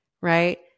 right